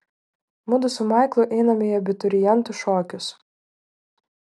mudu su maiklu einame į abiturientų šokius